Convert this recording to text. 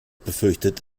befürchtet